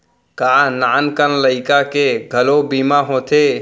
का नान कन लइका के घलो बीमा होथे?